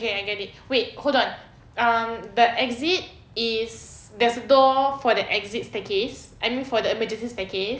okay I get it wait hold on um the exit is there's a door for the exit staircase I mean for the emergency staircase